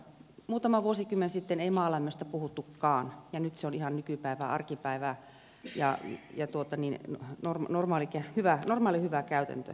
muutama vuosikymmen sitten ei maalämmöstä puhuttukaan ja nyt se on ihan nykypäivää arkipäivää ja normaali hyvä käytäntö